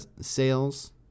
sales